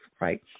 right